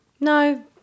No